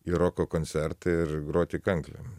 į roko koncertą ir groti kanklėm